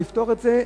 לפתור את זה,